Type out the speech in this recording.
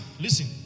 listen